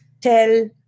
tell